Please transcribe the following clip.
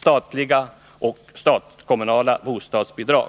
statliga och statskommunala bostadsbidrag.